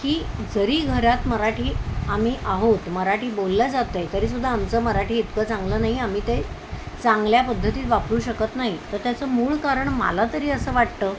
की जरी घरात मराठी आम्ही आहोत मराठी बोलल्या जाते तरीसुद्धा आमचं मराठी इतकं चांगलं नाही आम्ही ते चांगल्या पद्धतीत वापरू शकत नाही तर त्याचं मूळ कारण मला तरी असं वाटतं